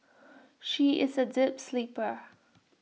she is A deep sleeper